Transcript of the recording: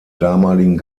damaligen